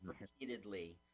repeatedly